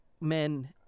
men